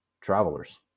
travelers